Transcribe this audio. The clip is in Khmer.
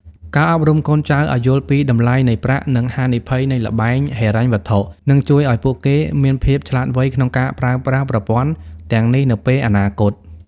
ការអប់រំកូនចៅឱ្យយល់ពី "តម្លៃនៃប្រាក់ និងហានិភ័យនៃល្បែងហិរញ្ញវត្ថុ" នឹងជួយឱ្យពួកគេមានភាពឆ្លាតវៃក្នុងការប្រើប្រាស់ប្រព័ន្ធទាំងនេះនៅពេលអនាគត។